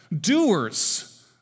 doers